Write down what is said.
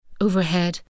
Overhead